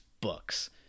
books